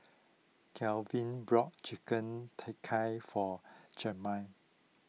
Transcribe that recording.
Garvin brought Chicken Tikka for Jamal